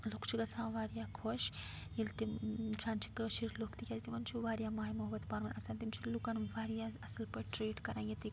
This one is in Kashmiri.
لوٗکھ چھِ گَژھان واریاہ خۄش ییٚلہِ تِم وُچھان چھِ کٲشِر لوٗکھ تِکیٛازِ تِمن چھُ واریاہ ماے محبت پَانہٕ وٲنۍ آسان تِم چھِ لوٗکَن واریاہ اصٕل پٲٹھۍ ٹرٛیٖٹ کَران ییٚتِکۍ